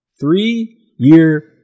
Three-year